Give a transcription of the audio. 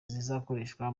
zizakoreshwa